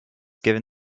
given